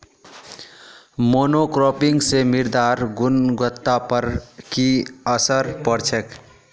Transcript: monocropping स मृदार गुणवत्ता पर की असर पोर छेक